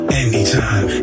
anytime